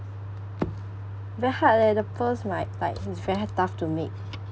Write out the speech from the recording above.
very hard leh the pearls might might it's very hard tough to make